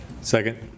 Second